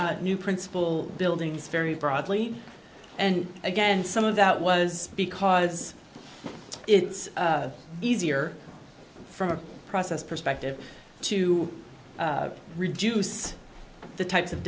new principal buildings very broadly and again some of that was because it's easier from a process perspective to reduce the types of